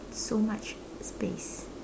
so much space